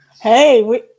Hey